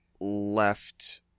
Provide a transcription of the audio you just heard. left